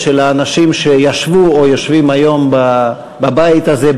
של האנשים שישבו או יושבים היום בבית הזה,